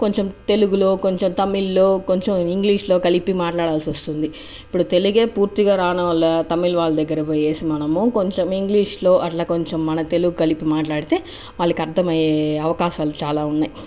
కొంచెం తెలుగులో కొంచెం తమిళ్ల్లో కొంచెం ఇంగ్లీషులో కలిపి మాట్లాడాల్సి వస్తుంది ఇప్పుడు తెలుగే పూర్తిగా రానివాళ్ళ తమిళ్ వాళ్ళ దగ్గర పోయి మనము కొంచం ఇంగ్లీషులో అట్ల కొంచం మన తెలుగు కలిపి మాట్లాడితే వాళ్ళకి అర్థం అయ్యే అవకాశాలు చాల ఉన్నాయి